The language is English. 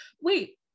Wait